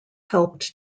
helped